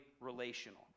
relational